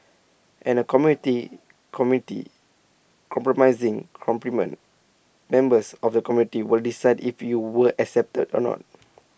and A community committee compromising compliment members of the community will decide if you were accepted or not